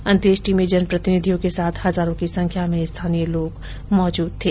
अंत्येष्टी में जनप्रतिनिधियों के साथ हजारों की संख्या में स्थानीय लोग मौजूद थे